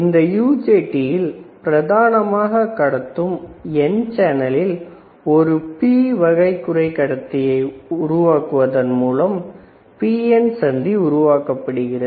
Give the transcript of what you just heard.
இந்த UJT யில் பிரதானமாக கடத்தும் N சேனலில் ஒரு P வகை குறைகடத்தியை உருவாக்குவதன் மூலம் PN சந்தி உருவாக்கப்படுகிறது